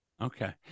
Okay